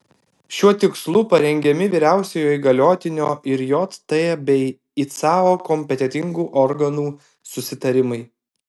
šiuo tikslu parengiami vyriausiojo įgaliotinio ir jt bei icao kompetentingų organų susitarimai